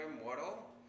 immortal